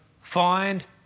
find